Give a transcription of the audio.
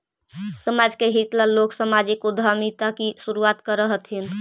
समाज के हित ला लोग सामाजिक उद्यमिता की शुरुआत करअ हथीन